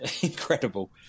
Incredible